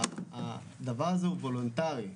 הדבר הזה הוא וולונטרי.